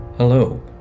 Hello